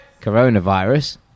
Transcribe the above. coronavirus